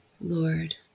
Lord